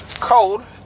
cold